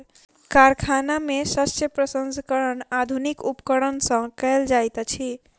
कारखाना में शस्य प्रसंस्करण आधुनिक उपकरण सॅ कयल जाइत अछि